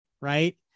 right